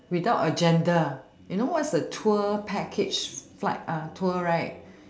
without agenda you know what is a tour package flight tour right